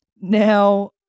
Now